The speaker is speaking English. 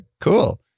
Cool